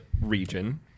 region